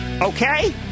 Okay